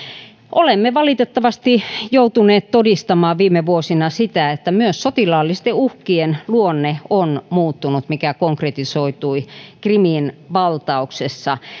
olemme valitettavasti joutuneet todistamaan viime vuosina sitä että myös sotilaallisten uhkien luonne on muuttunut mikä konkretisoitui krimin valtauksessa